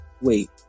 Wait